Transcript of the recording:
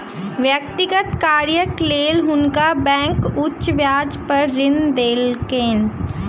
व्यक्तिगत कार्यक लेल हुनका बैंक उच्च ब्याज पर ऋण देलकैन